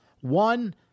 One